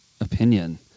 opinion